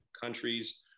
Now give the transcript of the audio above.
countries